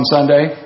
Sunday